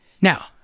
Now